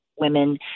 women